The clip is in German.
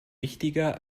wichtiger